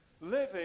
Living